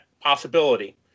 possibility